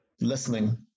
Listening